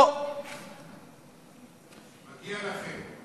מגיע לכם,